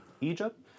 Egypt